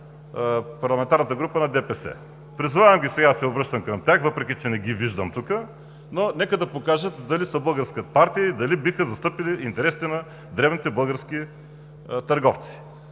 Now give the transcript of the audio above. Парламентарната група на ДПС. Призовавам ги, обръщам се към тях, въпреки че не ги виждам в залата, нека да покажат дали са българска партия и дали биха застъпили интересите на дребните български търговци.